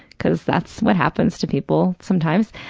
because that's what happens to people sometimes,